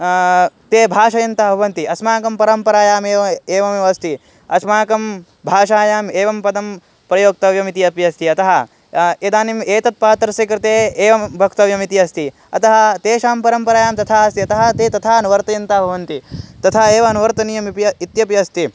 ते भाषयन्तः भवन्ति अस्माकं परम्परायाम् एवम् एवमेव अस्ति अस्माकं भाषायाम् एवं पदं प्रयोक्तव्यम् इति अपि अस्ति अतः इदानीम् एतत्पात्रस्य कृते एवं वक्तव्यम् इति अस्ति अतः तेषां परम्परायां तथा अस्ति अतः ते तथा अनुवर्तयन्तः भवन्ति तथा एव अनुवर्तनीयम् अपि इत्यपि अस्ति